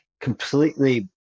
completely